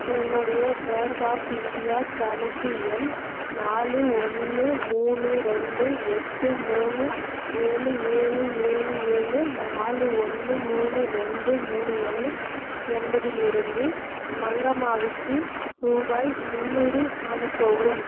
என்னுடைய bank of India கணக்கு எண் நாலு ஒன்று மூணு ரெண்டு எட்டு மூணு ஏழு ஏழு ஏழு ஏழு நாலு ஒன்று மூணு ரெண்டு மூணு ஒன்று என்பதில் இருந்து மங்கம்மாவுக்கு ரூபாய் முந்நூறு அனுப்பவும்